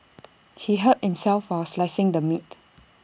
he hurt himself while slicing the meat